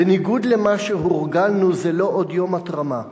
בניגוד למה שהורגלנו, זה לא עוד יום התרמה.